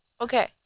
Okay